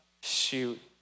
shoot